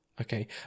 okay